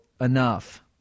enough